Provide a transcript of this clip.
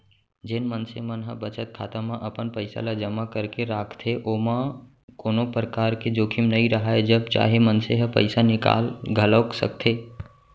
जेन मनसे मन ह बचत खाता म अपन पइसा ल जमा करके राखथे ओमा कोनो परकार के जोखिम नइ राहय जब चाहे मनसे ह पइसा निकाल घलौक सकथे